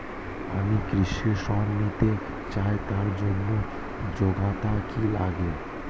আমি কৃষি ঋণ নিতে চাই তার জন্য যোগ্যতা কি লাগে?